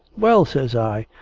well! says i.